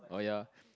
orh ya